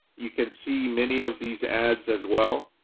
you can see many of these ads as well.